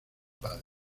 padre